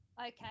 okay